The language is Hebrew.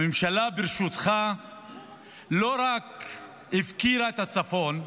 הממשלה בראשותך לא רק הפקירה את הצפון,